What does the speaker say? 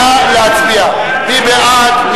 נא להצביע, מי בעד?